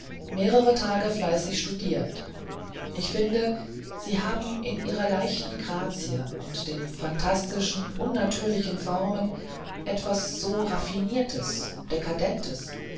mehrere tage fleißig studiert ich finde sie haben in ihrer leichten grazie und den phantastischen unnatürlichen formen etwas so raffiniertes dekadentes